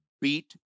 beat